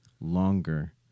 longer